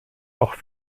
auch